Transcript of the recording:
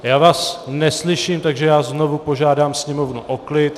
Já vás neslyším, takže já znovu požádám sněmovnu o klid.